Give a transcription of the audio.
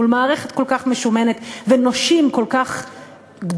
מול מערכת כל כך משומנת ונושים כל כך גדולים,